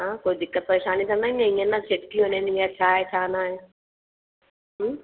हा कोई दिक़त परेशानी त न ईंदी ईअं न खिडकी वञनि या छा आहे छा न आहे